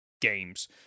games